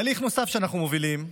תהליך נוסף שאנחנו מובילים,